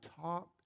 top